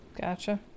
Gotcha